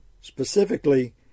Specifically